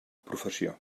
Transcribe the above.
professió